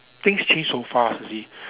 things change so fast you see